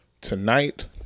Tonight